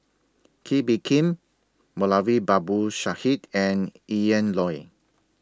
Kee Bee Khim Moulavi Babu Sahib and Ian Loy